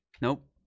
Nope